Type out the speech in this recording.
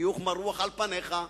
החיוך מרוח על פניך.